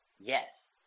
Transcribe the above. Yes